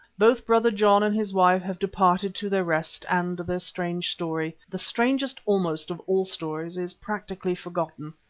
both brother john and his wife have departed to their rest and their strange story, the strangest almost of all stories, is practically forgotten.